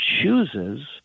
chooses –